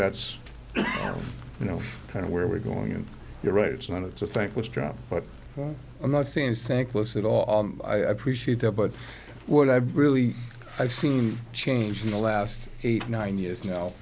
that's you know kind of where we're going and you're right it's not it's a thankless job but i'm not saying it's thankless at all i appreciate that but what i've really i've seen change in the last eight nine years now